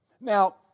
Now